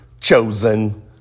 chosen